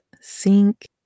sink